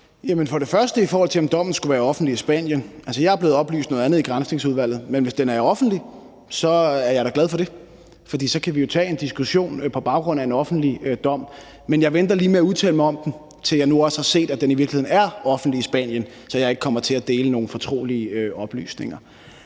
forhold til om dommen skulle være offentlig i Spanien, sige, at jeg er blevet oplyst noget andet i Granskningsudvalget. Men hvis den er offentlig, er jeg da glad for det, for så kan vi jo tage en diskussion på baggrund af en offentlig dom. Men jeg venter lige med at udtale mig om den, til jeg nu også har set, at den i virkeligheden er offentlig i Spanien, så jeg ikke kommer til at dele nogle fortrolige oplysninger.